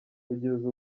kugeza